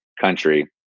country